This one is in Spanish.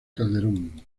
calderón